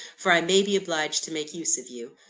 for i may be obliged to make use of you.